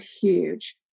huge